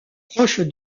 proche